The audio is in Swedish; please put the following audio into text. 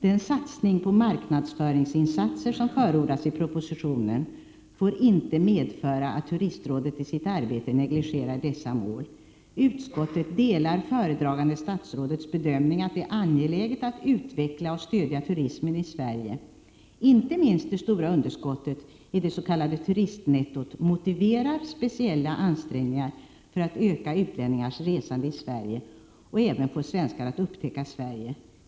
Den satsning på marknadsföringsinsatser som förordas i propositionen får inte medföra att Turistrådet i sitt arbete negligerar dessa mål. Utskottet delar föredragande statsrådets bedömning att det är angeläget att utveckla och stödja turismen i Sverige. Inte minst det stora underskottet i det s.k. turistnettot motiverar speciella ansträngningar för att öka utlänningars resande i Sverige och även få svenskar att upptäcka Sverige.